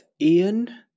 Ian